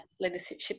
leadership